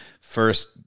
first